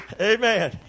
Amen